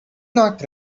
not